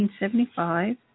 1975